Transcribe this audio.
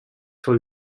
for